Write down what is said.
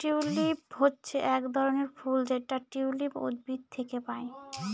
tulip হচ্ছে এক ধরনের ফুল যেটা টিউলিপ উদ্ভিদ থেকে পায়